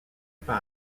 pas